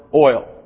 oil